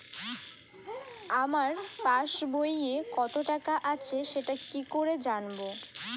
আমার পাসবইয়ে কত টাকা আছে সেটা কি করে জানবো?